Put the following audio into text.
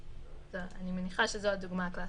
אני מניחה שזאת הדוגמה הקלסית.